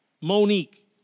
Monique